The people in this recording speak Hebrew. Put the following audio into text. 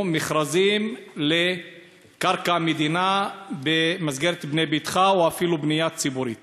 מכרזים לקרקע מדינה במסגרת "בנה ביתך" או אפילו בנייה ציבורית.